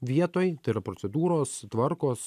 vietoj tai yra procedūros tvarkos